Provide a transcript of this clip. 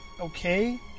okay